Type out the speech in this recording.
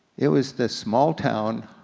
it was the small town,